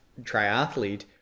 triathlete